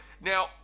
now